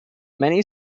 many